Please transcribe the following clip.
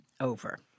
over